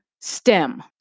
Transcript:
STEM